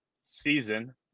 season